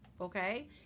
Okay